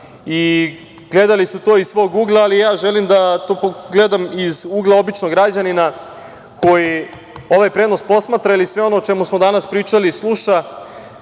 Gledali su to iz svog ugla, ali ja želim da gledam iz ugla običnog građanina koji ovaj prenos posmatra ili sve ono o čemu smo danas pričali sluša,